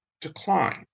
decline